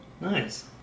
Nice